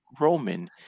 Roman